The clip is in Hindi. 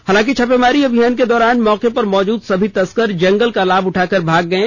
हालांकि छापामारी अभियान के दौरान मौके पर मौजूद सभी तस्कर जंगल का लाभ उठाकर भाग गये